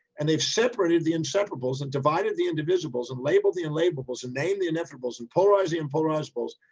and they've separated the inseparables and divided the indivisibles and label the unlabelbles and name the inevitables and polarize the unpolarizables.